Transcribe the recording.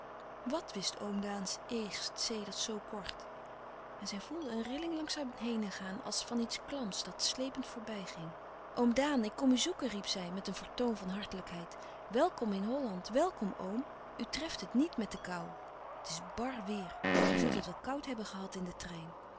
wàt wist oom daan eerst sedert zoo kort en zij voelde een rilling langs haar henen gaan als van iets klams dat slepend voorbij ging oom daan ik kom u zoeken riep zij met een vertoon van hartelijkheid welkom in holland welkom oom u treft het niet met de koû het is bar weêr u zal het wel koud hebben gehad in den trein